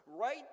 Right